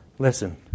Listen